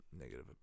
negative